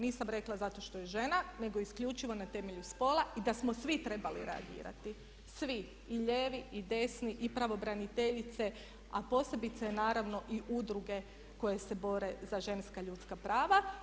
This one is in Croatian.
Nisam rekla zato što je žena nego isključivo na temelju spola i da smo svi trebali reagirati, svi i lijevi, i desni, i pravobraniteljice a posebice naravno i udruge koje se bore za ženska ljudska prava.